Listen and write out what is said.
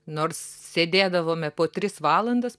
nors sėdėdavome po tris valandas